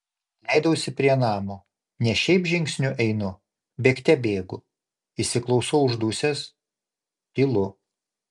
leidausi prie namo ne šiaip žingsniu einu bėgte bėgu įsiklausau uždusęs tylu